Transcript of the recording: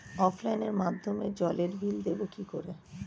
অফলাইনে মাধ্যমেই জলের বিল দেবো কি করে?